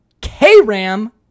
K-Ram